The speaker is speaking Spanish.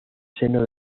seno